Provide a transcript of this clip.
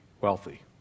wealthy